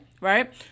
Right